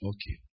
Okay